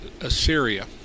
Assyria